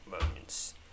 moments